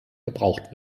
gebraucht